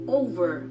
over